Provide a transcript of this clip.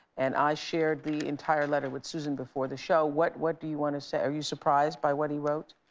and i shared the entire letter with susan before the show. what what do you wanna say? are you surprised by what he wrote?